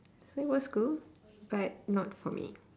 it was cool but not for me